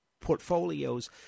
portfolios